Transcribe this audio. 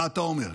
מה אתה אומר?